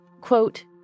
Quote